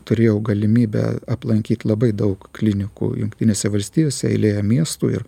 turėjau galimybę aplankyt labai daug klinikų jungtinėse valstijose eilė miestų ir